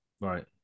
Right